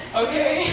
okay